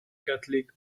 catholic